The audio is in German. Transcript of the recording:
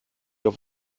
auf